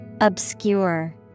Obscure